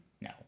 No